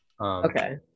Okay